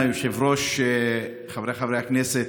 אדוני היושב-ראש, חבריי חברי הכנסת,